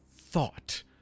thought